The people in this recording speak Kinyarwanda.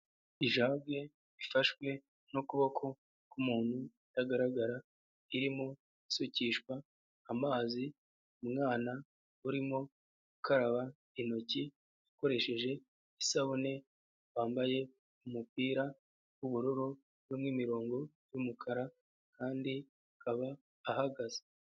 Ijage ifashwe n'ukuboko k'umuntu utagaragara, irimo isukishwa amazi umwana urimo gukaraba intoki akoresheje isabune wambaye umupira w'ubururu urimo imirongo y'umukara kandi akaba ahagaze.